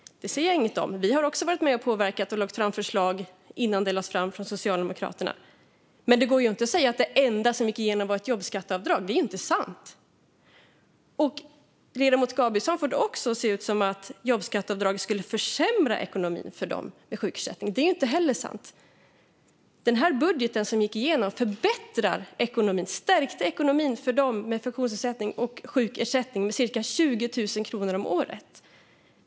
Det säger jag inget om; vi har också varit med och påverkat och lagt fram förslag innan de lades fram från Socialdemokraterna. Men det går inte att säga att det enda som gick igenom var ett jobbskatteavdrag, för det är inte sant! Ledamoten Gabrielsson får det också att se ut som att jobbskatteavdraget skulle försämra ekonomin för dem med sjukersättning. Det är inte heller sant. Den budget som gick igenom förbättrade och stärkte ekonomin för dem med funktionsnedsättning och sjukersättning med cirka 20 000 kronor om året.